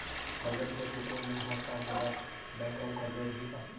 करजा पूरा चुकोय नई हव त मोला बैंक अऊ करजा दिही का?